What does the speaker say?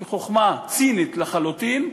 בחוכמה צינית לחלוטין,